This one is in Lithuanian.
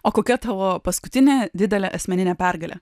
o kokia tavo paskutinė didelė asmeninė pergalė